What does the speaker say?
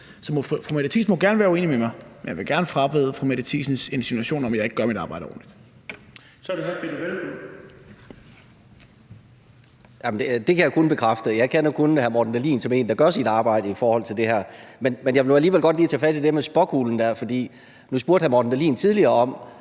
Så fru Mette Thiesen må gerne være uenig med mig, men jeg vil gerne frabede mig fru Mette Thiesens insinuation om, at jeg ikke gør mit arbejde ordentligt. Kl. 19:13 Den fg. formand (Bent Bøgsted): Så er det hr. Peder Hvelplund. Kl. 19:13 Peder Hvelplund (EL): Det kan jeg kun bekræfte; jeg kender kun hr. Morten Dahlin som en, der gør sit arbejde i forhold til det her. Men jeg vil nu alligevel godt lige tage fat i det der med spåkulgen, for nu spurgte hr. Morten Dahlin tidligere om,